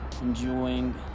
enjoying